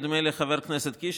נדמה לי חבר הכנסת קיש,